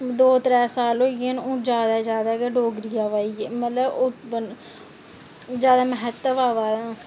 ते दो त्रैह् साल होइये न हून जादै जादै गै डोगरी आवा दी ऐ मतलब जादै महत्व आवा दा